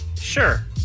Sure